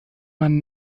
man